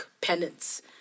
penance